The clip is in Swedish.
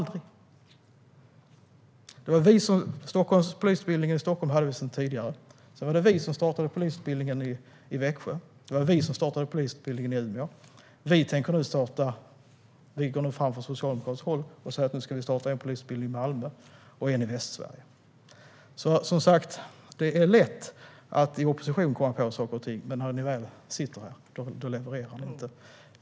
Vi hade polisutbildningen i Stockholm sedan tidigare. Sedan var det vi som startade polisutbildningen i Växjö. Det var vi som startade polisutbildningen i Umeå. Och från socialdemokratiskt håll går vi nu fram och säger att vi ska starta en polisutbildning i Malmö och en i Västsverige. Det är lätt att i opposition komma på saker och ting. Men när ni väl sitter i regeringsställning levererar ni inte.